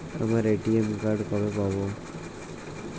আমার ATM card কবে পাব?